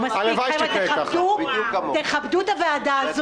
אף פעם לא חשבתי שיכול להיות שמערכת בחירות אחת,